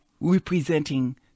representing